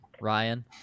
Ryan